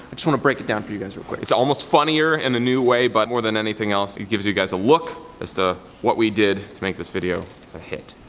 want to break it down for you guys real quick. it's almost funnier in a new way, but more than anything else it gives you guys a look as to what we did to make this video a hit.